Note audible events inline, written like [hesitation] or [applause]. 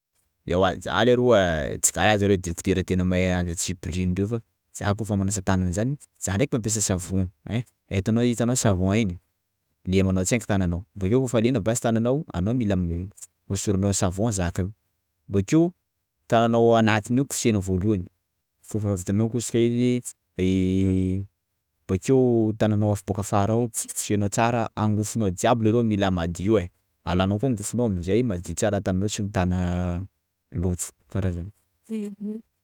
Ewa za leroa tsy kara zareo directeur mahay antsimpirihan'ny reo fa; za kôfa manasa tanana zany, za ndreka mampiasa savono, ein; entinao itanao savon iny, lemanao tsenky tananao, bakeo refa lena basy tananao, anao mila hosoranao savon zaka io, bakeo tananao anatiny io kosehinao voalohany, koafa vitanao kosika iny [hesitation] bakeo tananao avy bôka afara kitsikitsihinao tsara, angofonao jiaby leroa mila madio e! alanao koa angofonao aminjay madio tsara tananao tsy mitana loto kara zany